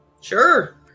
Sure